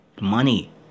money